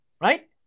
right